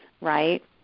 right